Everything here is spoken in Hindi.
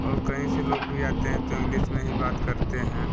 और कहीं से लोग भी आते हैं तो इंग्लिस में ही बात करते हैं